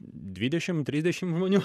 dvidešim trisdešim žmonių